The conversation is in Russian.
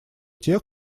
тех